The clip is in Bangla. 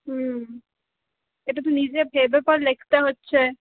হুম এটা তো নিজে ভেবে পরে লিখতে হচ্ছে